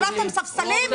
החלפתם ספסלים?